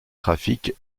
trafic